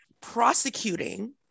prosecuting